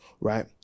right